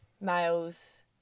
males